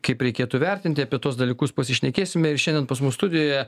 kaip reikėtų vertinti apie tuos dalykus pasišnekėsime ir šiandien pas mus studijoje